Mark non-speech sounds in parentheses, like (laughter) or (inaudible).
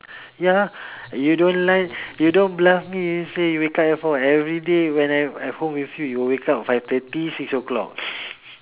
ya you don't lie you don't bluff me you say you wake up at four everyday when I'm at home with you you will wake up five thirty six o'clock (laughs)